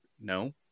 no